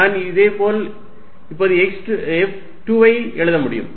நான் இதேபோல் இப்போது F2 ஐ எழுத முடியும்